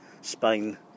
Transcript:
Spain